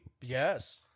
yes